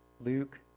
Luke